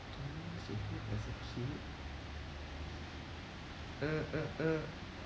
don't used to hate as a kid uh uh uh